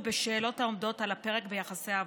בשאלות העומדות על הפרק ביחסי עבודה.